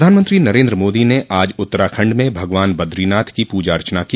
प्रधानमंत्री नरेन्द्र मोदी ने आज उत्तराखंड में भगवान बद्रीनाथ की पूजा अर्चना की